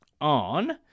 on